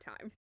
time